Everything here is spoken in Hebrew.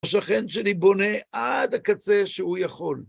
השכן שלי בונה עד הקצה שהוא יכול.